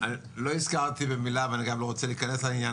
לא הזכרתי במילה ואני גם לא רוצה להיכנס לעניין